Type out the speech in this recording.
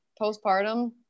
postpartum